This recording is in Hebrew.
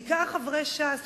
בעיקר מחברי ש"ס,